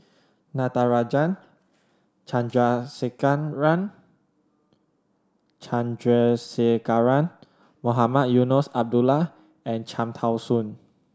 Natarajan Chandrasekaran Chandrasekaran Mohamed Eunos Abdullah and Cham Tao Soon